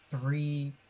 three